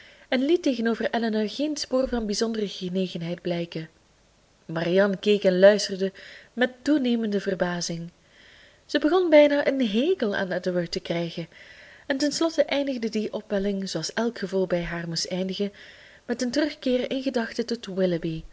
en liet tegenover elinor geen spoor van bijzondere genegenheid blijken marianne keek en luisterde met toenemende verbazing ze begon bijna een hekel aan edward te krijgen en ten slotte eindigde die opwelling zooals elk gevoel bij haar moest eindigen met een terugkeer in gedachten tot